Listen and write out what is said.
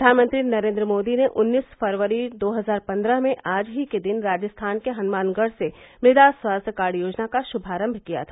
फ्र्वानमंत्री नरेंद्र मोदी ने उन्नीस फरवरी दो हजार पन्द्रह में आज ही दिन राजस्थान के हनुमानगढ से मृदा स्वास्थ्य कार्ड योजना का शुभारंभ किया था